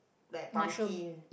like pumpkin